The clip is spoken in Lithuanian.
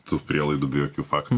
tų prielaidų be jokių faktų